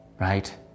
Right